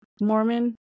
Mormon